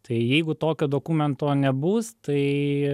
tai jeigu tokio dokumento nebus tai